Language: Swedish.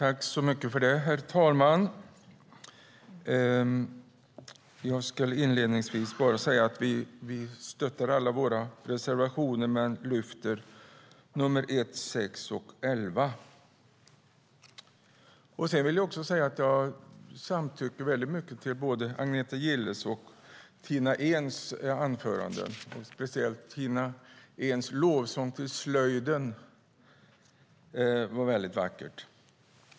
Herr talman! Vi stöttar alla våra reservationer, men här yrkar jag bifall till reservationerna nr 1, 6 och 11. Jag samtycker med både Agneta Gilles och Tina Ehns anföranden, och speciellt Tina Ehns lovsång till slöjden var vacker.